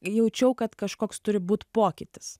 jaučiau kad kažkoks turi būt pokytis